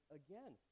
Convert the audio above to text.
again